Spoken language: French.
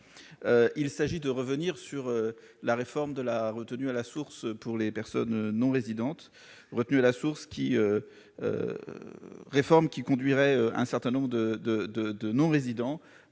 Il s'agit de revenir sur la réforme de la retenue à la source pour les personnes non résidentes. En effet, cette réforme conduirait un certain nombre de non-résidents